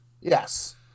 Yes